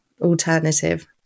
alternative